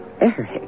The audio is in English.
Eric